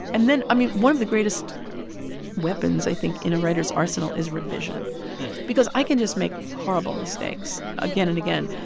and then, i mean, one of the greatest weapons, i think, in a writer's arsenal is revision because i can just make horrible mistakes again and again,